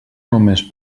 només